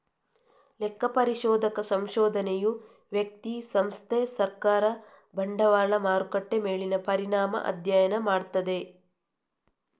ಲೆಕ್ಕ ಪರಿಶೋಧಕ ಸಂಶೋಧನೆಯು ವ್ಯಕ್ತಿ, ಸಂಸ್ಥೆ, ಸರ್ಕಾರ, ಬಂಡವಾಳ ಮಾರುಕಟ್ಟೆ ಮೇಲಿನ ಪರಿಣಾಮ ಅಧ್ಯಯನ ಮಾಡ್ತದೆ